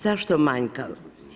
Zašto manjkav?